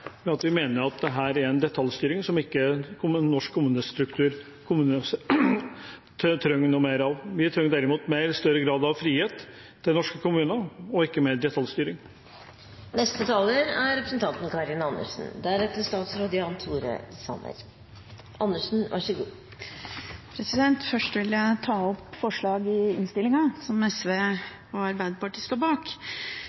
Høyre. Vi mener at dette er en detaljstyring som norsk kommunestruktur ikke trenger noe mer av. Vi trenger større grad av frihet til norske kommuner, og ikke mer detaljstyring. Først vil jeg ta opp det forslaget i innstillingen som SV